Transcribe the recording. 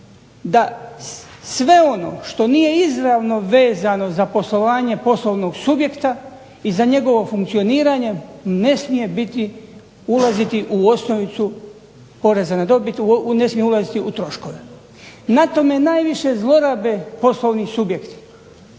da sve ono što nije izravno vezano za poslovanje poslovnog subjekta, i njegovo funkcioniranje ne smije ulaziti u osnovicu poreza na dobit, ne smije ulaziti u troškove. Na tome najviše zlorabe poslovni subjekti.